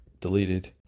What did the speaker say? deleted